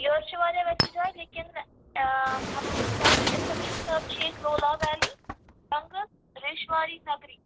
یورٕ چھِ واریاہ ویسے جایہِ لیکِن آ سانہِ اِنفارمیشن حِسابہٕ چھِ ییٚتہِ لولاب ویلی بَنگس ریٚشۍواری نٔگری